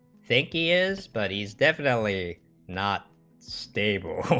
think he is but he's definitely not stable